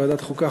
ועדת החוקה,